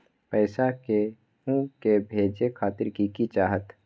पैसा के हु के भेजे खातीर की की चाहत?